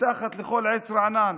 מתחת לכל עץ רענן: